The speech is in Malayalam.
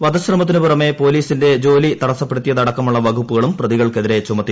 വധശ്രമത്തിന് പുറമേ പൊലീസിന്റെ ജോലി തടസ്സപ്പെടുത്തിയതടക്കമുള്ള വകുപ്പുകളും പ്രതികൾക്കെതിരെ ചുമത്തി